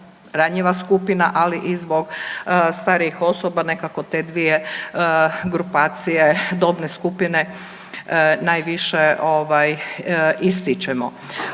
ranjiva skupina, ali i zbog starijih osoba, nekako te dvije grupacije, dobne skupine najviše ističemo.